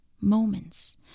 Moments